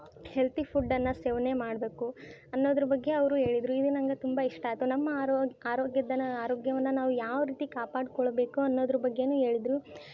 healthy ಫುಡ್ದನ್ನು ಸೇವನೆ ಮಾಡಬೇಕು ಅನ್ನೋದ್ರ ಬಗ್ಗೆ ಅವರು ಹೇಳಿದ್ರು ಇದು ನಂಗೆ ತುಂಬ ಇಷ್ಟ ಆಯಿತು ನಮ್ಮ ಆರೋಗ್ ಆರೋಗ್ಯದ ಆರೋಗ್ಯವನ್ನು ನಾವು ಯಾವರೀತಿ ಕಾಪಾಡಿಕೊಳ್ಬೇಕು ಅನ್ನೋದ್ರ ಬಗ್ಗೆಯೂ ಹೇಳಿದ್ರು